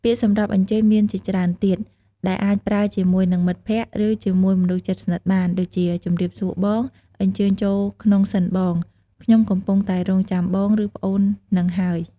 ពាក្យសម្រាប់អញ្ជើញមានជាច្រើនទៀត ដែលអាចប្រើជាមួយនឹងមិត្តភក្តិ ឬជាមួយមនុស្សជិតស្និតបាន ដូចជា ជម្រាបសួរបង អញ្ជើញចូលក្នុងសិនបង! ខ្ញុំកំពុងតែរង់ចាំបង ឬប្អូនហ្នឹងហើយ!។